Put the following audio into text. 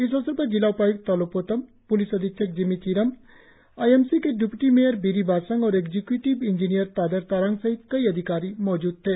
इस अवसर पर जिला उपाय्क्त तालो पोतम प्लिस अधीक्षक Jimmy Chiram I M C के डिप्य्टी मेयर बिरि बासंग और एक्जीक्यूटिव इंजीनियर तादर तारांग सहित कई अधिकारी मौजूद थे